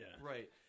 Right